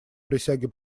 присяге